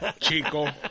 Chico